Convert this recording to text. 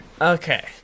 Okay